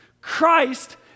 Christ